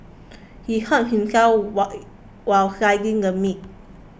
he hurt himself why while slicing the meat